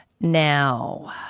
Now